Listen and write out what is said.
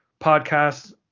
podcasts